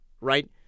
right